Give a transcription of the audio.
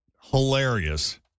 hilarious